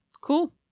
Cool